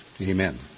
Amen